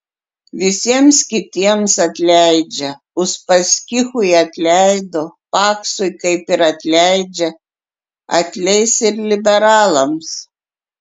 visiems kitiems atleidžia uspaskichui atleido paksui kaip ir atleidžia atleis ir liberalams